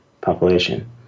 population